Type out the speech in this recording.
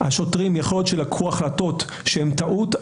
השוטרים יכול להיות שלקחו החלטות שהן טעות,